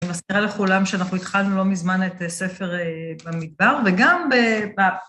אני מזכירה לכולם שאנחנו התחלנו לא מזמן את ספר במדבר, וגם ב...